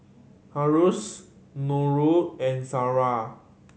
Harris Nurul and Sarah